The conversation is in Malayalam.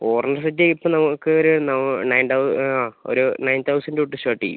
കോർണർ സെറ്റി ഇപ്പം നമുക്ക് ഒരു നൈൻ തൗ ആ ഒരു നൈൻ തൗസൻഡ് തൊട്ട് സ്റ്റാർട്ട് ചെയ്യും